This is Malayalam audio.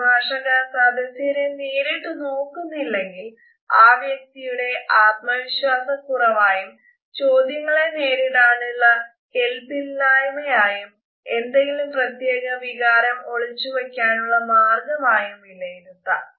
പ്രഭാഷക സദസ്യരെ നേരിട്ട് നോക്കുന്നില്ലെങ്കിൽ ആ വ്യക്തിയുടെ ആത്മവിശ്വാസക്കുറവായും ചോദ്യങ്ങളെ നേരിടാനുള്ള കെല്പില്ലായ്മയായും എന്തെങ്കിലും പ്രത്യേക വികാരം ഒളിച്ചു വയ്ക്കാനുള്ള മാർഗ്ഗമായും വിലയിരുത്താം